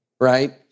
right